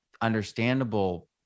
understandable